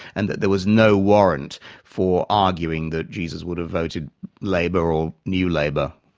and that there was no warrant for arguing that jesus would have voted labour, or new labour.